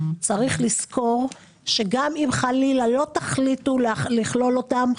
צריך לזכור שגם אם חלילה לא תחליטו לכלול אותם,